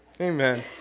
Amen